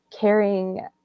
caring